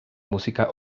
música